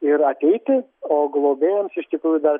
ir ateiti o globėjams iš tikrųjų dar